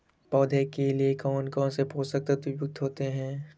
पौधे के लिए कौन कौन से पोषक तत्व उपयुक्त होते हैं?